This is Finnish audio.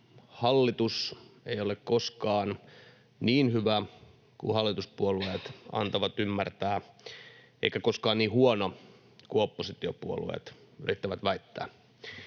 hallitus ei ole koskaan niin hyvä kuin hallituspuolueet antavat ymmärtää eikä koskaan niin huono kuin oppositiopuolueet yrittävät väittää.